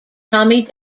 tommy